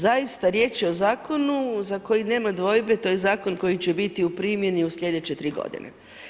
Zaista riječ je o zakonu za koji nema dvojbe, to je zakon koji će biti u primjeni u sljedeće tri godine.